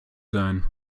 sein